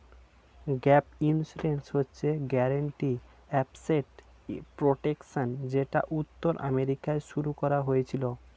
gap insurance হচ্ছে guaranteed asset protection যেটা উত্তর আমেরিকায় শুরু করা হয়েছিল